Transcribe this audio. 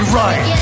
right